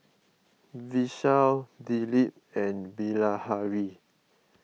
Vishal Dilip and Bilahari